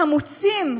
חמוצים,